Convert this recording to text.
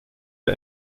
der